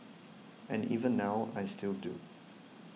and even now I still do